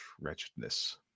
wretchedness